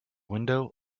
window